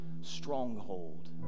stronghold